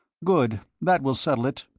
good! that will settle it.